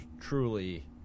truly